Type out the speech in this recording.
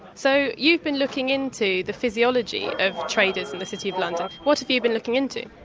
so you've been looking into the physiology of traders in the city of london. what have you been looking into?